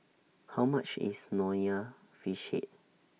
How much IS Nonya Fish Head